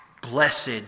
blessed